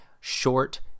Short